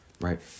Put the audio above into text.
right